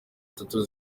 tanu